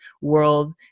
world